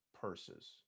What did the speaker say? purses